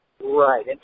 Right